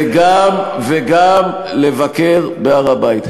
וגם לבקר בהר-הבית.